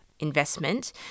Investment